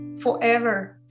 forever